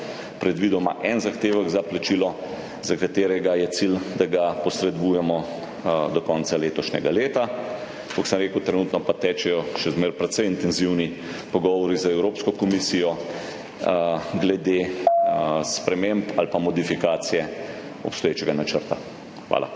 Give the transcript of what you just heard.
predvidoma en zahtevek za plačilo, za katerega je cilj, da ga posredujemo do konca letošnjega leta. Kot sem rekel, trenutno pa tečejo še zmeraj precej intenzivni pogovori z Evropsko komisijo glede sprememb ali modifikacije obstoječega načrta. Hvala.